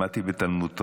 למדתי בתלמוד תורה.